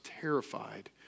terrified